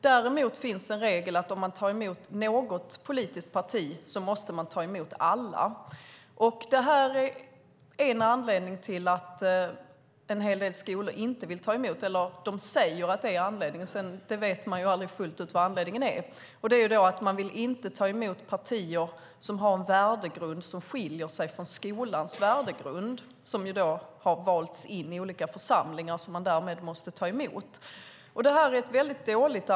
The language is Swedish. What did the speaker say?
Däremot finns det en regel om att om man tar emot något politiskt parti måste man ta emot alla politiska partier. En hel del skolor säger att - men man vet aldrig fullt ut vad anledningen är - att anledningen är att de inte vill ta emot de partier som har en värdegrund som skiljer sig från skolans värdegrund och som valts in i olika församlingar och som man därmed måste ta emot. Argumentet är väldigt dåligt.